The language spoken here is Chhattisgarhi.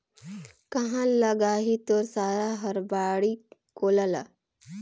काँहा लगाही तोर सारा हर बाड़ी कोला ल